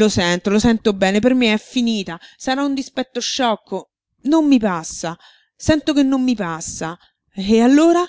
lo sento lo sento bene per me è finita sarà un dispetto sciocco non mi passa sento che non mi passa e allora